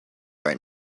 right